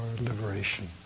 liberation